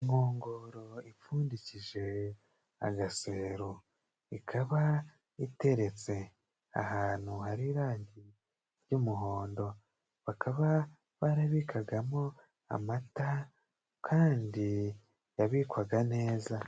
Inkongoro ipfundikije agasero ikaba iteretse ahantu hari irangi ry'umuhondo, bakaba barabikagamo amata kandi yabikwaga neza.